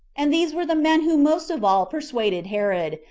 and these were the men who most of all persuaded herod,